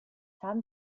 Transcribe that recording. haben